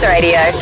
Radio